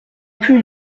plus